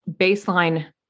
baseline